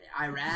Iraq